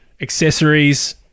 accessories